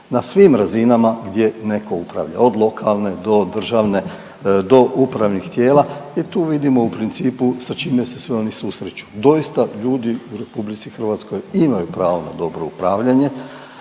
na svim razinama gdje netko upravlja, od lokalne do državne do upravnih tijela i tu vidimo u principu sa čime se sve oni susreću. Doista ljudi u RH imaju pravo na dobro upravljanje,